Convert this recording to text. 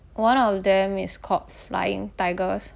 one of them is called flying tigers